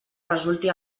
resulti